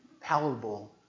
palatable